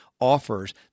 offers